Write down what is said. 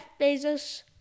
Bezos